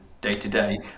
day-to-day